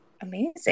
Amazing